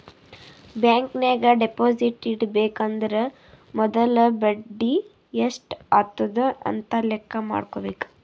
bank ನಾಗ್ deposit ಇಡಬೇಕ ಅಂದುರ್ ಮೊದುಲ ಬಡಿ ಎಸ್ಟ್ ಆತುದ್ ಅಂತ್ ಲೆಕ್ಕಾ ಮಾಡ್ಕೋಬೇಕ